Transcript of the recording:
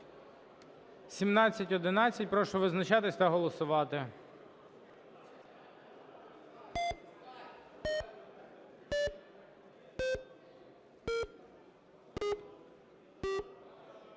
1703. Прошу визначатися та голосувати.